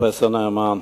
פרופסור נאמן,